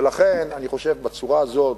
ולכן, אני חושב שבצורה הזאת,